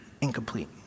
incomplete